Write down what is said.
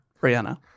Rihanna